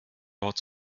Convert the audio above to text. wort